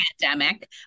pandemic